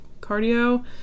cardio